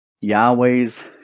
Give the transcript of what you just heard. Yahweh's